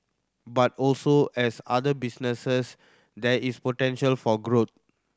but also as other businesses there is potential for growth